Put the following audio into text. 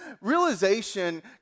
realization